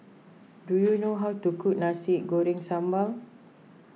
do you know how to cook Nasi Goreng Sambal